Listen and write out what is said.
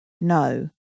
no